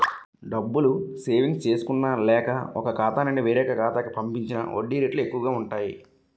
డబ్బులు సేవింగ్స్ చేసుకున్న లేక, ఒక ఖాతా నుండి వేరొక ఖాతా కి పంపించిన వడ్డీ రేట్లు ఎక్కువు గా ఉంటాయి